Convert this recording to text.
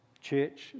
church